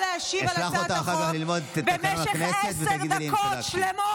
אשלח אותך אחר כך ללמוד את תקנון הכנסת ותגידי לי אם צדקתי.